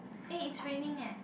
eh it's raining eh